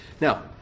Now